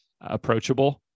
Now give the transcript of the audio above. approachable